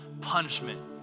punishment